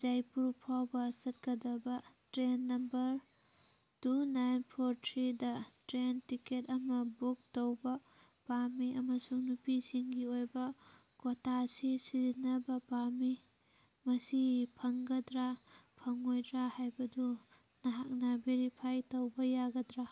ꯖꯥꯏꯄꯨꯔ ꯐꯥꯎꯕ ꯆꯠꯀꯗꯕ train number two nine four third train ticket ꯑꯃ ꯕꯨꯛ ꯇꯧꯕ ꯄꯥꯝꯃꯤ ꯑꯃꯁꯨꯡ ꯅꯨꯄꯤꯁꯤꯡꯒꯤ ꯑꯣꯏꯕ ꯀꯣꯇꯥꯁꯤ ꯁꯤꯖꯤꯟꯅꯕ ꯄꯥꯝꯃꯤ ꯃꯁꯤ ꯐꯪꯒꯗ꯭ꯔꯥ ꯐꯪꯉꯣꯏꯗ꯭ꯔꯥ ꯍꯥꯏꯕꯗꯨ ꯅꯍꯥꯛꯅ ꯕꯦꯔꯤꯐꯥꯏ ꯇꯧꯕ ꯌꯥꯒꯗ꯭ꯔꯥ